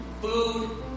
food